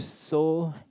so